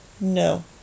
no